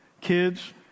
kids